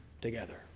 together